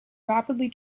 rapidly